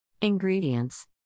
Ingredients